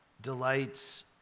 delights